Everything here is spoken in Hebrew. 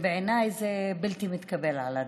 בעיניי זה בלתי מתקבל על הדעת.